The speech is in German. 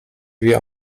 wie